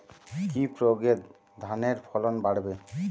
কি প্রয়গে ধানের ফলন বাড়বে?